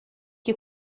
que